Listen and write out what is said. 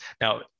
Now